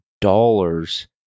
dollars